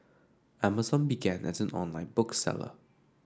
Amazon began as an online book seller